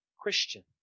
Christian